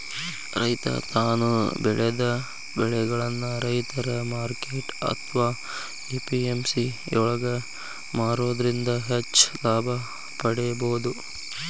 ರೈತ ತಾನು ಬೆಳೆದ ಬೆಳಿಗಳನ್ನ ರೈತರ ಮಾರ್ಕೆಟ್ ಅತ್ವಾ ಎ.ಪಿ.ಎಂ.ಸಿ ಯೊಳಗ ಮಾರೋದ್ರಿಂದ ಹೆಚ್ಚ ಲಾಭ ಪಡೇಬೋದು